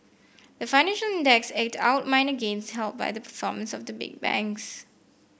the financial index eked out minor gains helped by the performance of the big banks